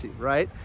right